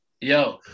Yo